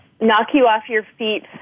knock-you-off-your-feet